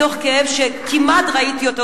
מתוך כאב שכמעט ראיתי אותו,